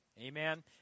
Amen